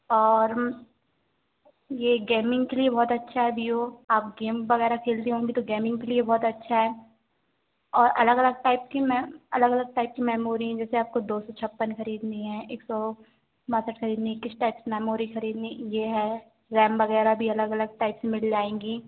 और यह गेमिंग के लिए बहुत अच्छा है बिवो आप गेम वग़ैरह खेलती होंगी तो गेमिंग के लिए बहुत अच्छा है और अलग अलग टाइप की मैम अलग अलग टाइप की मैमोरी जैसे आपको दो सौ छप्पन ख़रीदनी है एक सौ बासठ ख़रीदना है किस टाइप की मेमोरी ख़रीदनी यह है रैम वग़ैरह भी अलग अलग टाइप की मिल जाएंगी